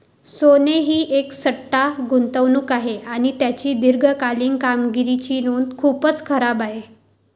सोने ही एक सट्टा गुंतवणूक आहे आणि त्याची दीर्घकालीन कामगिरीची नोंद खूपच खराब आहे